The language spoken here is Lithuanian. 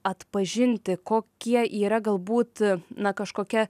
atpažinti kokie yra galbūt na kažkokia